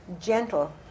gentle